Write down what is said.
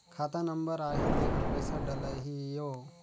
खाता नंबर आही तेकर पइसा डलहीओ?